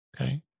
okay